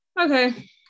Okay